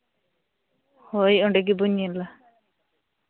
ᱦᱳᱭ ᱚᱸᱰᱮ ᱜᱮᱵᱚᱱ ᱧᱮᱞᱟ